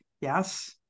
Yes